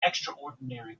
extraordinary